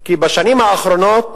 כי בשנים האחרונות